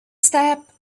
step